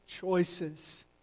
choices